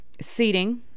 seating